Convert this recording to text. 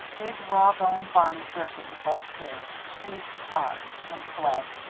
big, raw-boned barney gripped it with both of his, squeezed it hard and fled.